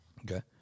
Okay